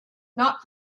not